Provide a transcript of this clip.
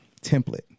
template